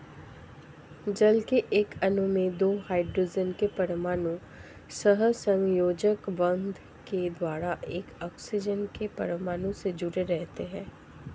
जल के एक अणु में दो हाइड्रोजन के परमाणु सहसंयोजक बंध के द्वारा एक ऑक्सीजन के परमाणु से जुडे़ रहते हैं